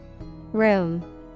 Room